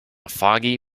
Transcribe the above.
foggy